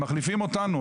הם מחליפים אותנו.